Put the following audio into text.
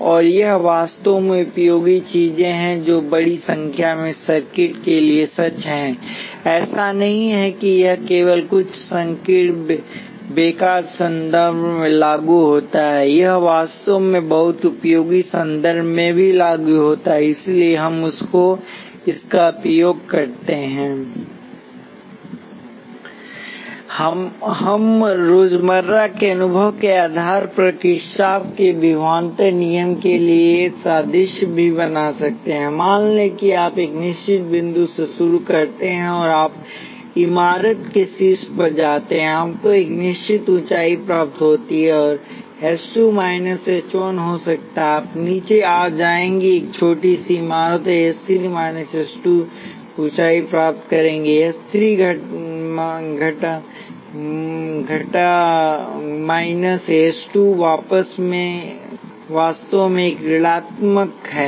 और यह वास्तव में उपयोगी चीजें हैं जो बड़ी संख्या में सर्किट के लिए सच है ऐसा नहीं है कि यह केवल कुछ संकीर्ण बेकार संदर्भ में लागू होता है यह वास्तव में बहुत उपयोगी संदर्भ में भी लागू होता है इसलिए हम इसका उपयोग करते हैं हम रोजमर्रा के अनुभव के आधार पर किरचॉफ के विभवान्तर नियम के लिए एक सादृश्य भी बना सकते हैं मान लें कि आप एक निश्चित बिंदु से शुरू करते हैं और आप इमारत के शीर्ष पर जाते हैं आपको एक निश्चित ऊंचाई प्राप्त होती है h 2 माइनस h 1 हो सकता है कि आप नीचे आ जाएंगे एक छोटी इमारत और आप h 3 माइनस h 2 की ऊँचाई प्राप्त करेंगे h ३ घटा h २ वास्तव में एक ऋणात्मक है